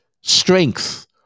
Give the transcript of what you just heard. strength